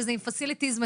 וזה עם facilities מטורפים,